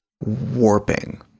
warping